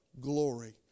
glory